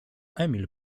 emil